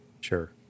Sure